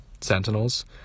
Sentinels